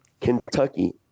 Kentucky